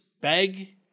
beg